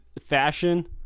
fashion